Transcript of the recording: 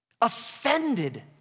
Offended